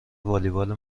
والیبال